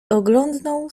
oglądnął